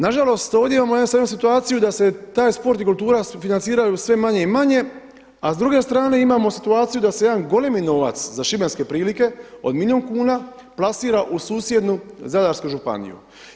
Nažalost ovdje imamo sada jednu situaciju da se taj sport i kultura financiraju sve manje i manje a s druge strane imamo situaciju da se jedan golemi novac za šibenske prilike od milijun kuna plasira u susjednu Zadarsku županiju.